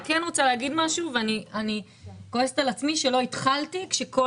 אני כן רוצה לומר משהו ואני כועסת על עצמי שלא התחלתי כשכל